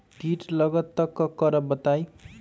कीट लगत त क करब बताई?